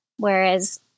Whereas